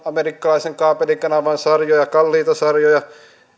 amerikkalaisen kaapelikanavan sarjoja kalliita sarjoja